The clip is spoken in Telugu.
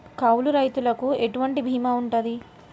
కౌలు రైతులకు ఎటువంటి బీమా ఉంటది?